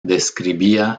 describía